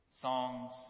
Songs